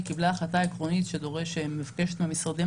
היא קיבלה החלטה עקרונית שמבקשת מהמשרדים